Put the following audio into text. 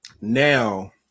Now